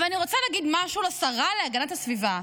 אז אני רוצה להגיד משהו לשרה להגנת הסביבה,